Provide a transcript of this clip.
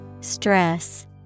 Stress